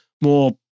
more